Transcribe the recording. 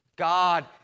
God